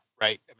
right